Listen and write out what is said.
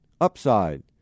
Upside